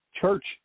church